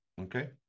okay